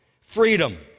Freedom